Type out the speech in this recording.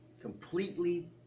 Completely